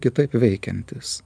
kitaip veikiantis